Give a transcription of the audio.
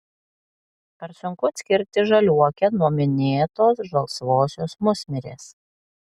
ar sunku atskirti žaliuokę nuo minėtos žalsvosios musmirės